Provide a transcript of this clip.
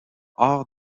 hors